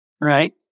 right